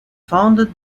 founded